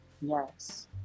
Yes